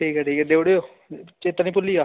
ठीक ऐ ठीक ऐ देई ओड़ेओ चेत्ता निं भुल्ली जा